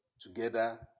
together